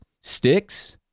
sticks